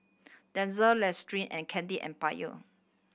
Denizen Listerine and Candy Empire